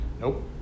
Nope